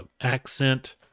accent